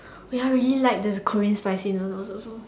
oh ya I really like the Korean spicy noodles also